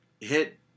hit